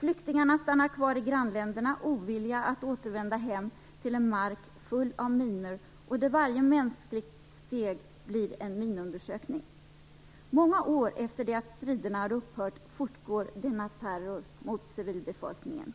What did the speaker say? Flyktingarna stannar kvar i grannländerna, ovilliga att återvända hem till en mark full av minor där varje mänskligt steg blir en minundersökning. Många år efter det att striderna har upphört fortgår denna terror mot civilbefolkningen.